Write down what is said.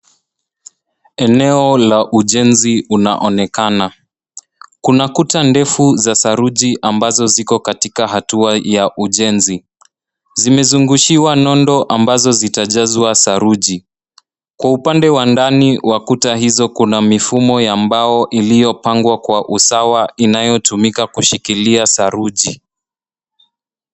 Eneo la ujenzi unaonekana. Kuna kuta ndefu za saruji ambazo ziko katika hatua ya ujenzi. Zimezungushiwa nondo ambazo zitajazwa saruji. Kwa upande wa ndani wa kuta hizo kuna mifumo ya mbao iliyopangwa kwa usawa inayotumika kushikilia saruji.